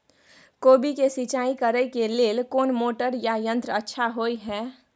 कोबी के सिंचाई करे के लेल कोन मोटर या यंत्र अच्छा होय है?